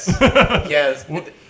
Yes